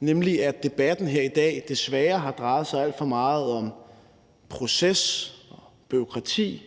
nemlig at debatten her i dag desværre har drejet sig alt for meget om proces og bureaukrati